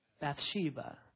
Bathsheba